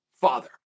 father